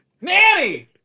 Nanny